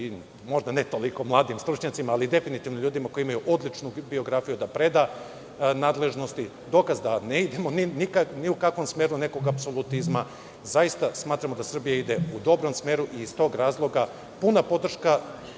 možda ne toliko mladim stručnjacima, ali definitivno ljudima koji imaju odličnu biografiju, da preda nadležnosti. Dokaz da ne idemo ni u kakvom smeru nekog apsolutizma. Zaista smatramo da Srbija ide u dobrom smeru i iz tog razloga puna podrška